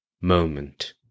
moment